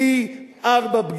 פי-ארבעה פגיעות,